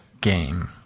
game